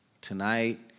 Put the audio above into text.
Tonight